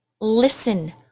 listen